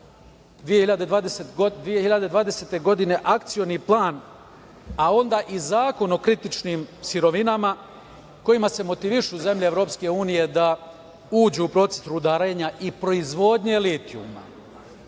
2020. godine Akcioni plan, a onda i Zakon o kritičnim sirovinama kojima se motivišu zemlje EU da uđu u proces rudarenja i proizvodnje litijuma.I